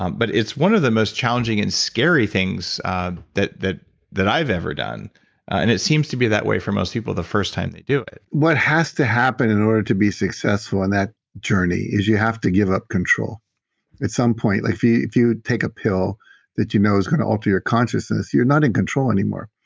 um but it's one of the most challenging and scary things that that i've ever done and it seems to be that way for most people the first time they do it what has to happen in order to be successful in that journey is you have to give up control at some point. like if you take a pill that you know is going to alter your consciousness, you're not in control anymore,